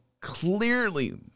clearly